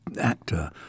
actor